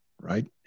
Right